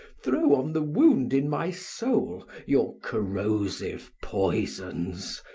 throw on the wound in my soul your corrosive poisons,